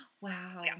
wow